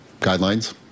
guidelines